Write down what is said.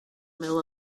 middle